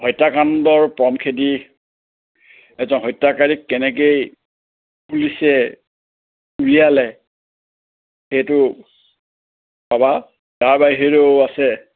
হত্যাকাণ্ডৰ পম খেদি এজন হত্যাকাৰীক কেনেকৈ পুলিচে উলিয়ালে সেইটো পাবা তাৰ বাহিৰেও আছে